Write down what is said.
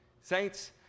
Saints